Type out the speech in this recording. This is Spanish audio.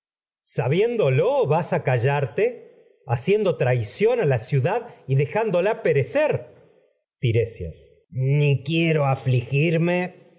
sabiéndolo vas a callarte dejándola perecer ciendo traición tiresias la ciudad y ni quiero afligirme